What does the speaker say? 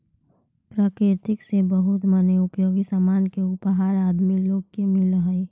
प्रकृति से बहुत मनी उपयोगी सामान के उपहार आदमी लोग के मिलऽ हई